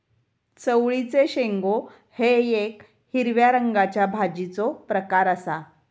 चवळीचे शेंगो हे येक हिरव्या रंगाच्या भाजीचो प्रकार आसा